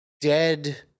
dead